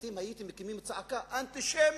אתם הייתם מקימים צעקה: אנטישמי,